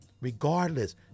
regardless